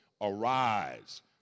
Arise